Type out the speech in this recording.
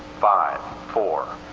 five, four,